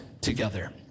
together